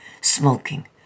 smoking